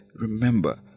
remember